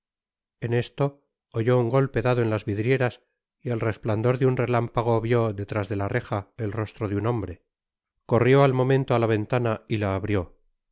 en esto oyó un golpe dado en las vidrieras y al resplandor de un relámpago vió detrás de la reja el rostro de un hombre corrió al momento á la ventana y la abrió